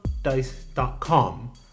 Dice.com